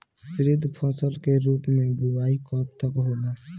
शुद्धफसल के रूप में बुआई कब तक होला?